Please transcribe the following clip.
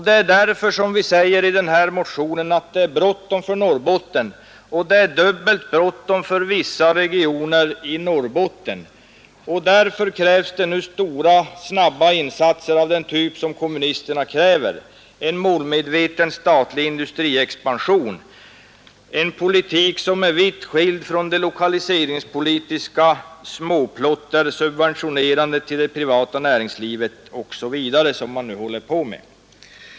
Det är därför vi i vår motion säger att det är bråttom för Norrbotten, och det är dubbelt bråttom för vissa regioner där. Därför krävs snabba och stora insatser av den typ som kommunisterna kräver — en målmedveten statlig industriexpansion, en politik som är vitt skild från det lokaliseringspolitiska småplotter med subventionering till det privata näringslivet osv. som man nu håller på med.